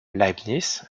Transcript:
leibniz